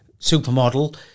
supermodel